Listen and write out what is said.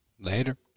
Later